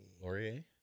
Laurier